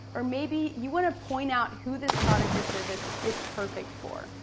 or maybe, you wanna point out who this product or service is perfect for.